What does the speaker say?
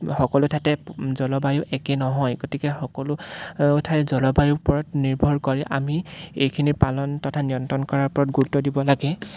সকলো ঠাইতে জলবায়ু একে নহয় গতিকে সকলো ঠাইত জলবায়ুৰ ওপৰত নিৰ্ভৰ কৰি আমি এইখিনিৰ পালন তথা নিয়ন্ত্ৰণ কৰাৰ ওপৰত গুৰুত্ব দিব লাগে